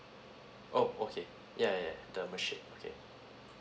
oh okay yeah yeah the machine okay